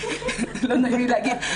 לא נעים לי להגיד,